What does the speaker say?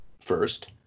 first